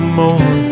more